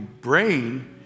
brain